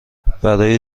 برای